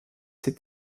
ses